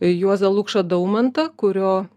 juozą lukšą daumantą kurio